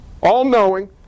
All-knowing